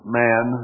man